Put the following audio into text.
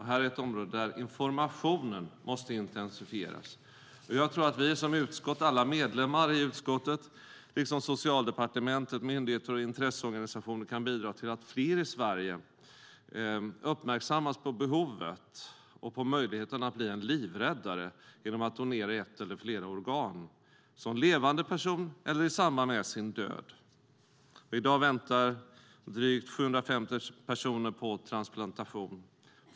Det här är ett område där informationen måste intensifieras, och jag tror att vi som utskott - alla medlemmar i utskottet - liksom Socialdepartementet, myndigheter och intresseorganisationer kan bidra till att fler i Sverige uppmärksammas på behovet och på möjligheten att bli en livräddare genom att donera ett eller flera organ, som levande person eller i samband med sin död. I dag väntar drygt 750 personer på transplantation.